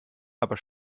aber